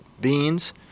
beans